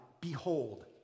Behold